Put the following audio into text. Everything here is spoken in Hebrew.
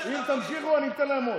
אם תמשיכו, אני אתן להם עוד.